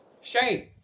Shane